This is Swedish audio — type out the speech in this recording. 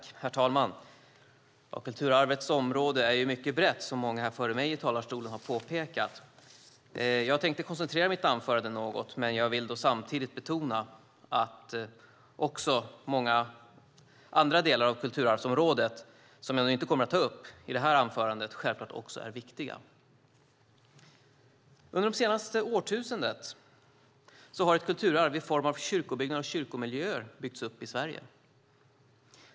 Herr talman! Kulturarvets område är mycket brett, som många före mig i talarstolen har påpekat. Jag tänkte koncentrera mitt anförande något men vill samtidigt betona att många andra delar av kulturarvsområdet som jag inte kommer att ta upp i det här anförandet självklart också är viktiga. Under det senaste årtusendet har ett kulturarv i form av kyrkobyggnader och kyrkomiljöer byggts upp i Sverige.